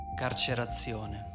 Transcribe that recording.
carcerazione